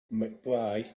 mcbride